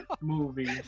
movie